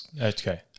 Okay